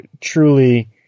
truly